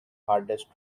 hardest